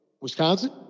Wisconsin